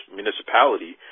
municipality